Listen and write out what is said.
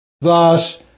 Thus